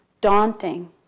daunting